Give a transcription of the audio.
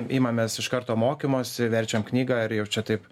imamės iš karto mokymosi verčiam knygą ir jaučia taip